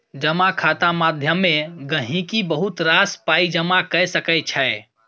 जमा खाता माध्यमे गहिंकी बहुत रास पाइ जमा कए सकै छै